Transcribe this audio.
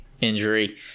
injury